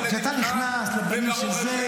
לשמחתי,